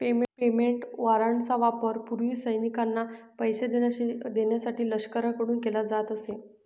payment वॉरंटचा वापर पूर्वी सैनिकांना पैसे देण्यासाठी लष्कराकडून केला जात असे